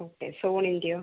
okay സോണീൻ്റയോ